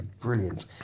brilliant